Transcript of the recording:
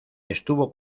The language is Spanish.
estuvo